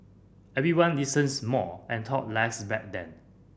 everyone listens more and talked less back then